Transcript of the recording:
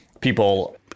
people